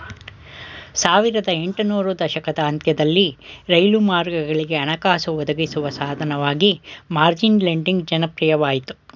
ಸಾವಿರದ ಎಂಟು ನೂರು ದಶಕದ ಅಂತ್ಯದಲ್ಲಿ ರೈಲು ಮಾರ್ಗಗಳಿಗೆ ಹಣಕಾಸು ಒದಗಿಸುವ ಸಾಧನವಾಗಿ ಮಾರ್ಜಿನ್ ಲೆಂಡಿಂಗ್ ಜನಪ್ರಿಯವಾಯಿತು